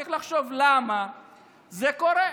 צריך לחשוב למה זה קורה,